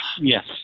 Yes